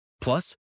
Plus